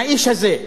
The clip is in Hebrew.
מהאיש הזה.